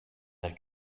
der